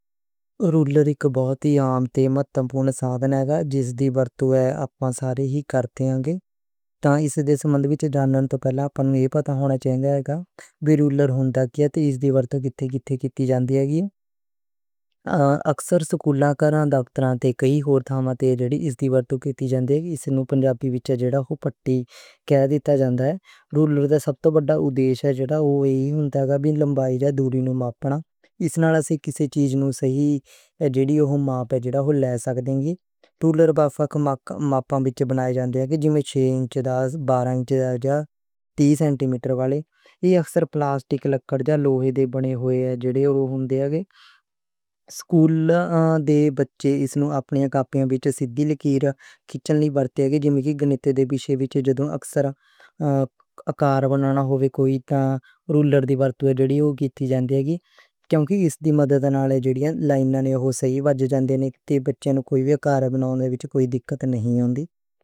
رولر اک بہت ہی عام تے ماپن سادھن ہے گا، جس دی ورتوں ہے، آپاں سارے ہی کردے ہن گے۔ تاں اس نوں سمبندھ وچ جنّن توں پہلاں اپاں ایہہ پتہ ہوندا چاہیدا وی رولر ہوندا کی تے اس دی ورتوں کتھے کتھے جاوے گی ہے۔ اکثر سکولاں کرا دے دفتر تے جیہڑی اس دی ورتوں کتی جاندی اے، اس نوں پنجابی وچ جیہڑا ہون پتّی کہندے تے جاندا ہے۔ رولر توں سب تے وڈا مقصد ایہی ہے کہ دینگانوں دوری تے لمبائیاں ناپنیاں۔ اس نال اسی کسے چیز نوں صحیح جڑے ہوئے ناپ لے سکدے۔ رولر بھافاک ماپاں وچ بنائے جانگے، جیمن چھے انچ دے، بارہ انچ دا، آتے تیس سینٹی میٹر والّے۔ ایہہ اکثر پلاسٹک، لکّڑ جاں لوہے دے بنے ہوندے۔ سکول دے بچے نوں اپنے کاپیاں دے پانیاں وچ سیدھی لکیراں کھچن نوں ورتوں جاندے نے، گنیت وچ جدو آکار بنانا ہووے کوئی تا رولر دی ورتوں جیہڑی کتی جاوے گی۔ کیونجے اس دی مدد نال جیہڑیاں لائیناں صحیح ہو جاندیاں، جس نال لکیر کھچن تے آکار بناؤن تے کوئی دقت نہیں ہوندی۔